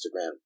Instagram